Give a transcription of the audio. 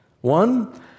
One